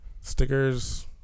Stickers